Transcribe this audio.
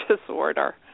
disorder